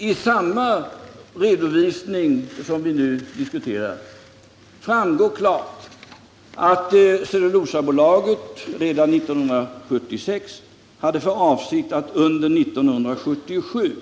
Av samma redovisning som vi nu diskuterar framgår klart att Cellulosabolaget redan 1976 hade för avsikt att under 1977